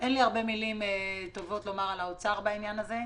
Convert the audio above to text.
אין לי הרבה מילים טובות לומר על האוצר בעניין הזה,